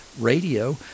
radio